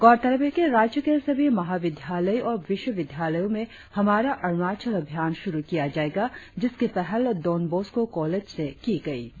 गौरतलब है कि राज्य के सभी महा विद्यालयों और विश्वविद्यालयों में हमारा अरुणाचल अभियान शुरु किया जाएगा जिसकी पहल डॉन बास्कों कॉलेज से की गई है